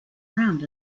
around